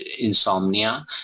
insomnia